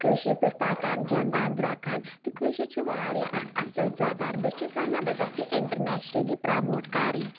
کٲشِر پٲٹھۍ پَکان گِنٛدان درٛوکان تہٕ کٲشُر چھِ واریاہ اَکھ اَصٕل زبان بہٕ چھٮ۪س وَنان بہٕ گژھٕ یہِ اِنٹَرنیشنٔلی پرٛموٹ کَرٕنۍ